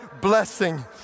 blessing